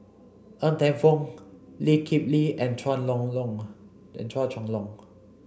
Ng Teng Fong Lee Kip Lee and Chua Long Long and Chua Chong Long